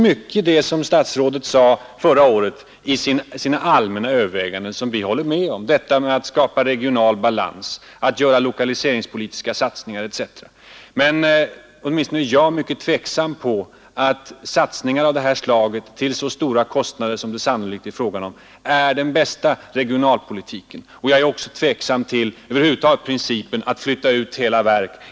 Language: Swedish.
Mycket av vad herr statsrådet sade förra året i sina allmänna överväganden håller vi med om, 1. ex. värdet av att skapa regional balans, att göra lokaliseringspolitiska satsningar etc., men jag är mycket tveksam om huruvida satsningar av detta slag, till så oerhörda kostnader som det sannolikt är fråga om, är den bästa regionalpolitiken. Jag är över huvud taget mycket tveksam när det gäller principen att flytta ut hela verk.